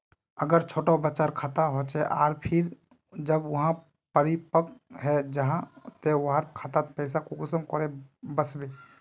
अगर छोटो बच्चार खाता होचे आर फिर जब वहाँ परिपक है जहा ते वहार खातात पैसा कुंसम करे वस्बे?